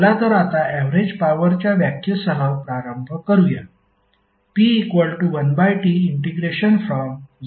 चला तर आता ऍवरेज पॉवरच्या व्याख्येसह प्रारंभ करूया